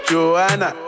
Joanna